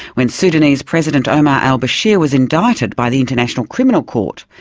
when sudanese president omar al bashir was indicted by the international criminal court,